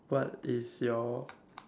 what is your